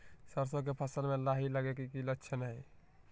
सरसों के फसल में लाही लगे कि लक्षण हय?